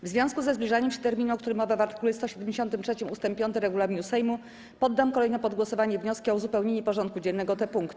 W związku ze zbliżaniem się terminu, o którym mowa w art. 173 ust. 5 regulaminu Sejmu, poddam kolejno pod głosowanie wnioski o uzupełnienie porządku dziennego o te punkty.